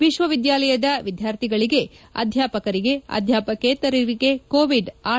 ವಿಶ್ವವಿದ್ಯಾಲಯದ ವಿದ್ಯಾರ್ಥಿಗಳಿಗೆ ಅಧ್ಯಾಪಕರಿಗೆ ಅಧ್ಯಾಪೇಕತರಿಗೆ ಕೋವಿಡ್ ಆರ್